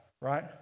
Right